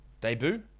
Debut